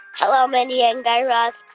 hello, mindy and guy raz.